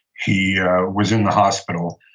he was in the hospital.